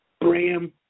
Bram